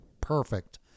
perfect